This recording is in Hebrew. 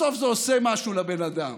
בסוף זה עושה משהו לבן אדם.